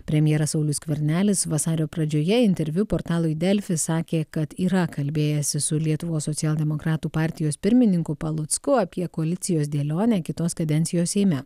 premjeras saulius skvernelis vasario pradžioje interviu portalui delfi sakė kad yra kalbėjęsis su lietuvos socialdemokratų partijos pirmininku palucku apie koalicijos dėlionę kitos kadencijos seime